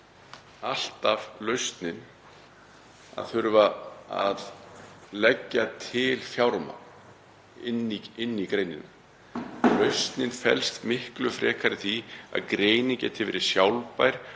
alltaf lausnin að þurfa að leggja til fjármagn inn í greinina. Lausnin felst miklu frekar í því að greinin geti verið sjálfbær